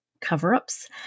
cover-ups